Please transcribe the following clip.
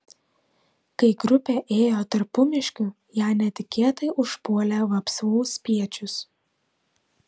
kai grupė ėjo tarpumiškiu ją netikėtai užpuolė vapsvų spiečius